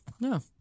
no